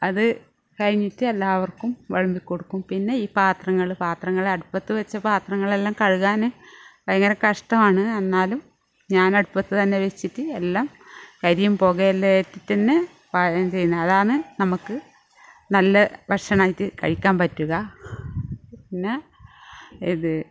അത് കഴിഞ്ഞിട്ട് എല്ലാവർക്കും വിളമ്പി കൊടുക്കും പിന്നെ ഈ പാത്രങ്ങൾ പാത്രങ്ങൾ അടുപ്പത്ത് വെച്ച് പാത്രങ്ങളെല്ലാം കഴുകാന് ഭയങ്കര കഷ്ടമാണ് എന്നാലും ഞാനടുപ്പത്ത് തന്നെ വെച്ചിട്ട് എല്ലാം കരിയും പുകയെല്ലാം ഏറ്റിട്ട്ന്നെ പാചകം ചെയ്യുന്നത് അതാന്ന് നമുക്ക് നല്ല ഭക്ഷണമായിട്ട് കഴിക്കാൻ പറ്റുക പിന്നെ ഇത്